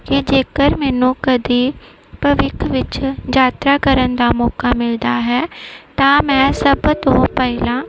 ਕਿ ਜੇਕਰ ਮੈਨੂੰ ਕਦੇ ਭਵਿੱਖ ਵਿੱਚ ਯਾਤਰਾ ਕਰਨ ਦਾ ਮੌਕਾ ਮਿਲਦਾ ਹੈ ਤਾਂ ਮੈਂ ਸਭ ਤੋਂ ਪਹਿਲਾਂ